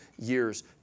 years